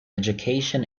education